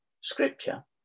Scripture